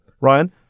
Ryan